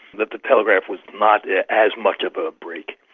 that the telegraph was not as much of a break.